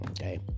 okay